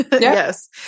Yes